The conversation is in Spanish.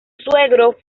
suegro